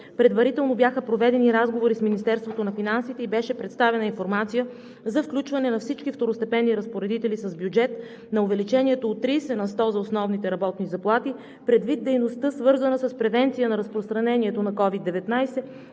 Предварително бяха проведени разговори с Министерството на финансите и беше представена информация за включване на всички второстепенни разпоредители с бюджет на увеличението от 30 на сто за основните работни заплати предвид дейността, свързана с превенция на разпространението на COVID-19,